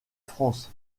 france